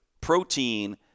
protein